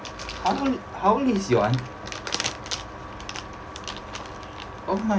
how old is how old is your aun~ oh my